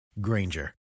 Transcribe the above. granger